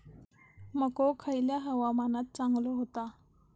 मको खयल्या हवामानात चांगलो होता?